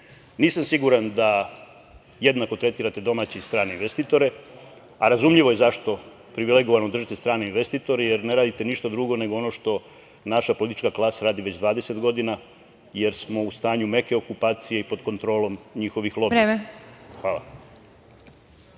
siguran ako tretirate domaće i strane investitore, a razumljivo je zašto privilegovanu držite strane investitore, jer ne radite ništa drugo, nego ono što naša politička klasa radi već 20 godina, jer smo u stanju meke okupacije i pod kontrolom njihovih lobija. Hvala